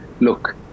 look